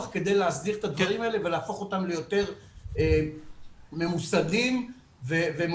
כדי להסדיר את הדברים האלה ולהפוך אותם ליותר ממוסדים ומאורגנים.